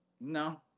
No